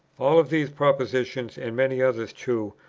all of these propositions, and many others too,